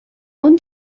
اون